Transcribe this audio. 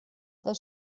the